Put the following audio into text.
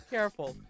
Careful